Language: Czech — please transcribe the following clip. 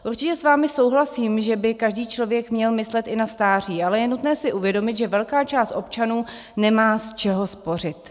Určitě s vámi souhlasím, že by každý člověk měl myslet i na stáří, ale je nutné si uvědomit, že velká část občanů nemá z čeho spořit.